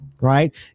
right